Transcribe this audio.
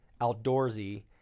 outdoorsy